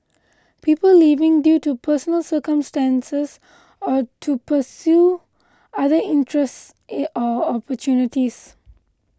people leaving due to personal circumstances or to pursue other interests or opportunities